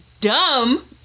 dumb